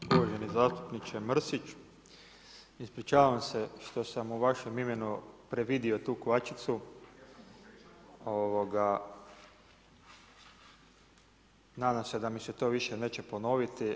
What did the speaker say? Uvaženi zastupniče Mrsić, ispričavam se što sam u vašem imenu previdio tu kvačicu, nadam se da mi se to više neće ponoviti.